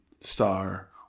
Star